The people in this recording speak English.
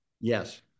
Yes